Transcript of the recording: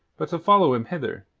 but to follow him hither,